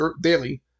daily